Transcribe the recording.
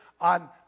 On